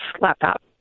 laptop